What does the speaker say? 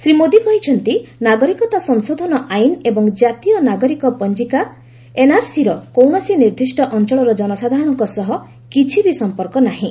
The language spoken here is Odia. ଶ୍ରୀ ମୋଦି କହିଛନ୍ତି ନାଗରିକତା ସଂଶୋଧନ ଆଇନ ଏବଂ ଜାତୀୟ ନାଗରିକ ପଞ୍ଜିକା ଏନ୍ଆର୍ସିର କୌଣସି ନିର୍ଦ୍ଦିଷ୍ଟ ଅଞ୍ଚଳର ଜନସାଧାରଣଙ୍କ ସହ କିଛି ବି ସମ୍ପର୍କ ନାହିଁ